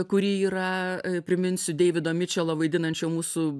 kuri yra priminsiu deivido mičelo vaidinančio mūsų